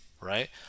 right